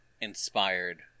inspired